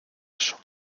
eso